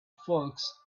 folks